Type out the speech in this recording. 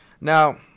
Now